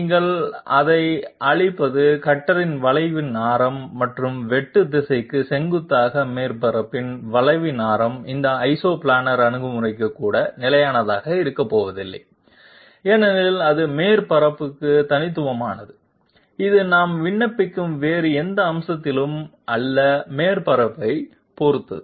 நீங்கள் அதை அழைப்பது கட்டரின் வளைவின் ஆரம் மற்றும் வெட்டு திசைக்கு செங்குத்தாக மேற்பரப்பின் வளைவின் ஆரம் இந்த ஐசோபிளானார் அணுகுமுறைக்கு கூட நிலையானதாக இருக்கப்போவதில்லை ஏனெனில் அது மேற்பரப்புக்கு தனித்துவமானது இது நாம் விண்ணப்பிக்கும் வேறு எந்த அம்சத்திலும் அல்ல மேற்பரப்பைப் பொறுத்தது